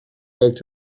hoped